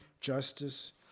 justice